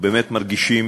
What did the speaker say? ובאמת מרגישים